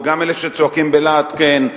וגם אלה שצועקים בלהט "כן",